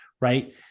right